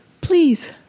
please